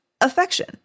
affection